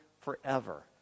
forever